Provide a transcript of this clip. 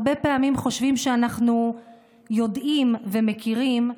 הרבה פעמים חושבים שאנחנו יודעים ומכירים,